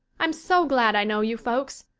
i'm so glad i know you folks.